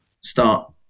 start